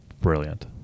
brilliant